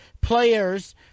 players